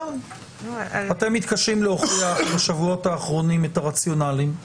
אתם מתקשים להוכיח בשבועות האחרונים את הרציונלים.